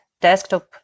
desktop